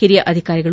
ಒರಿಯ ಅಧಿಕಾರಿಗಳು